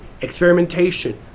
experimentation